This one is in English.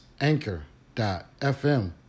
anchor.fm